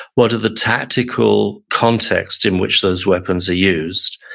what are the tactical contexts in which those weapons are used?